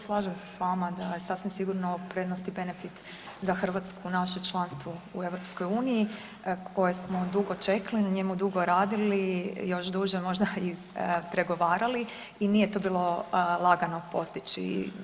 Slažem se s vama da je sasvim sigurno prednost i benefit za Hrvatsku naše članstvo u EU koje smo dugo čekali, na njemu dugo radili, još duže možda i pregovarali i nije to bilo lagano postići.